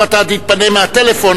אם אתה תתפנה מהטלפון,